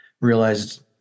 realized